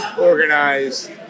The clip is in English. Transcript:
organized